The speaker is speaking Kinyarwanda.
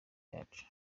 yacu